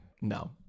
No